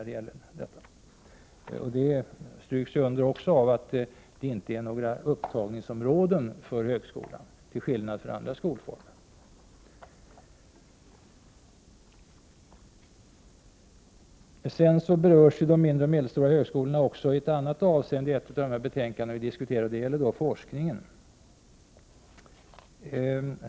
Detta understryks också av att det inte finns några upptagningsområden för högskolorna till skillnad från andra skolformer. De mindre och medelstora högskolorna berördes också i ett annat avseende i ett av de betänkanden som vi nu diskuterar. Det gäller forskningen.